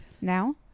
now